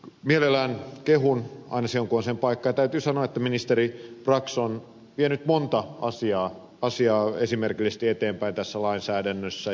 mielelläni kehun aina silloin kun on sen paikka ja täytyy sanoa että ministeri brax on vienyt monta asiaa esimerkillisesti eteenpäin tässä lainsäädännössä